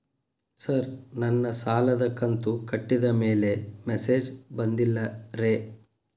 sir ನನ್ನ ಸಾಲದ ಕಂತು ಕಟ್ಟಿದಮೇಲೆ ಮೆಸೇಜ್ ಬಂದಿಲ್ಲ ರೇ